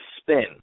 spin